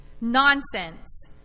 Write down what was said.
Nonsense